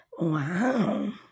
Wow